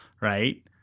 right